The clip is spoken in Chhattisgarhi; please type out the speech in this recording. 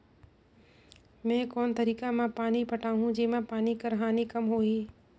मैं कोन तरीका म पानी पटाहूं जेमा पानी कर हानि कम होही?